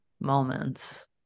moments